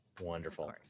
wonderful